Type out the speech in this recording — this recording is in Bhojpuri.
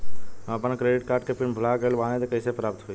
हम आपन क्रेडिट कार्ड के पिन भुला गइल बानी त कइसे प्राप्त होई?